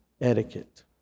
Etiquette